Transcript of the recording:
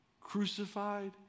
crucified